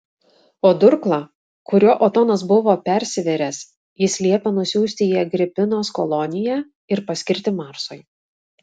o durklą kuriuo otonas buvo persivėręs jis liepė nusiųsti į agripinos koloniją ir paskirti marsui